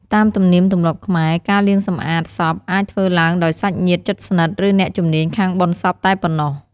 តាមទំនៀមទម្លាប់ខ្មែរ ការលាងសម្អាតសពអាចធ្វើឡើងដោយសាច់ញាតិជិតស្និទ្ធ ឬអ្នកជំនាញខាងបុណ្យសពតែប៉ុណោះ។